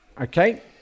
Okay